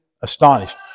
astonished